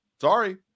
sorry